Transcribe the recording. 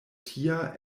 tia